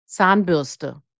Zahnbürste